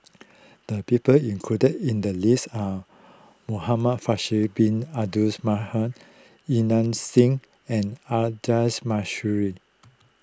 the people included in the list are Muhamad Faisal Bin Abduls Singh and Audra